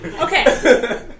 Okay